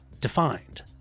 defined